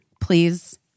please